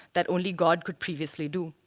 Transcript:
that only god could previously do.